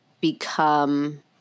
become